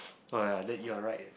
oh ya then you're right eh